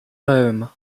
home